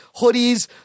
hoodies